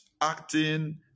acting